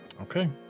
Okay